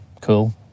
cool